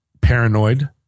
paranoid